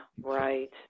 right